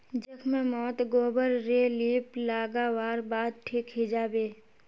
जख्म मोत गोबर रे लीप लागा वार बाद ठिक हिजाबे